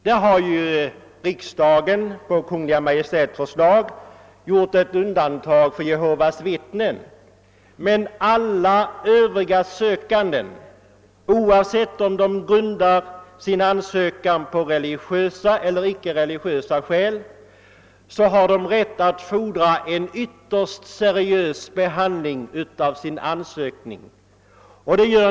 Där har dock riksdagen på Kungl. Maj:ts förslag gjort ett undantag för Jehovas vittnen, men alla övriga sökande har, oavsett om de grundar sin ansökan på religiösa eller icke religiösa skäl, rätt att fordra en ytterst seriös behandling av sin ansökan.